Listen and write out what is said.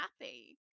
happy